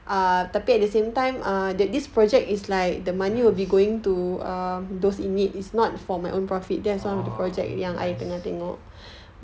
nice orh nice